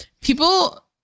people